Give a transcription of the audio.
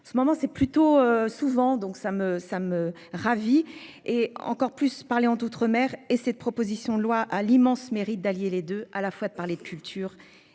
ce moment c'est plutôt souvent donc ça me ça me ravit et encore plus parler d'outre-mer et cette proposition de loi à l'immense mérite d'allier les 2 à la fois de parler de culture